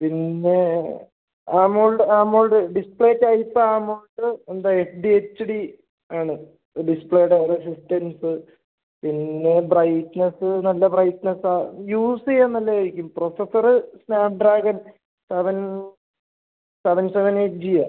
പിന്നേ AMOLED AMOLED display type AMOLED എന്താ F D H D ആണ് ഡിസ്പ്ലേയുടെ ഓരോ ഷിഫ്റ്റൻസ് പിന്നെ ബ്രൈറ്റ്നെസ്സ് നല്ല ബ്രൈറ്റ്നെസ്സാണ് യൂസ് ചെയ്യാൻ നല്ലതായിരിക്കും processor Snapdragon seven seven seven eight ജിയാണ്